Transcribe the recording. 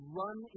run